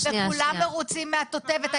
וכולם מרוצים מהתותבת.